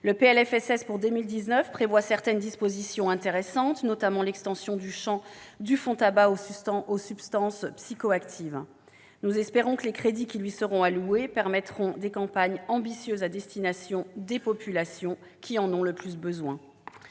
Ce PLFSS comporte certaines dispositions intéressantes, notamment l'extension du champ du fonds tabac aux substances psychoactives. Nous espérons que les crédits alloués à ce fonds permettront des campagnes ambitieuses à destination des populations qui en ont le plus besoin.